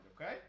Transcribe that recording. okay